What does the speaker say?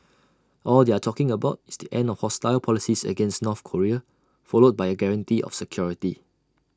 all they are talking about is the end of hostile policies against North Korea followed by A guarantee of security